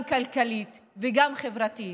גם כלכלית וגם חברתית,